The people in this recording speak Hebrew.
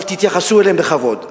אבל תתייחסו אליהם בכבוד,